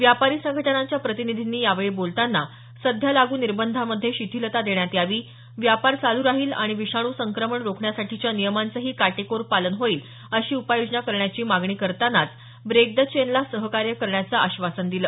व्यापारी संघटनांच्या प्रतिनिधींनी यावेळी बोलताना सध्या लागू निर्बंधामध्ये शिथिलता देण्यात यावी व्यापार चालू राहील आणि विषाणू संक्रमण रोखण्यासाठीच्या नियमांचंही काटेकोर पालन होईल अशी उपाय योजना करण्याची मागणी करतानाच ब्रेक द चेनला सहकार्य करण्याचं आश्वासन दिलं